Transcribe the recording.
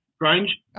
Grange